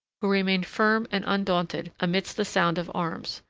who remained firm and undaunted amidst the sound of arms,